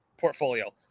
portfolio